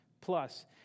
plus